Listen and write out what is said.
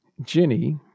Jenny